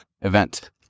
event